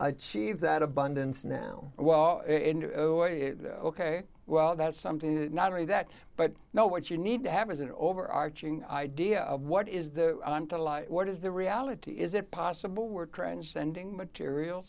achieve that abundance now while ok well that's something that not only that but no what you need to have is an overarching idea of what is the to life what is the reality is it possible we're transcending material